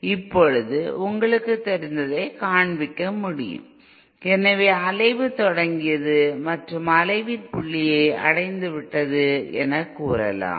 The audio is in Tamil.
இப்போது உங்களுக்குத் தெரிந்ததைக் காண்பிக்க முடியும் எனவே அலைவு தொடங்கியது மற்றும் அலைவின் புள்ளியை அடைந்துவிட்டது என்று கூறலாம்